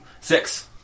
Six